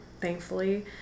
thankfully